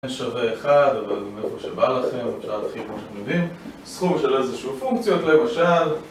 אן שווה אחד, אבל מאיפה שבא לכם, שאל הכי כמו שאתם מבינים, סכום של איזשהו פונקציות למשל